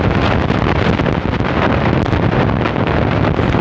অনুখাদ্যের অভাবে ভুট্টা গাছে কি কি রোগ দেখা যায়?